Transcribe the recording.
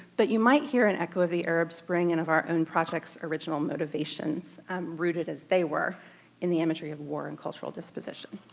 but you might hear an echo of the arab spring and of our own projects' original motivations rooted as they were in the imagery of war and cultural disposition.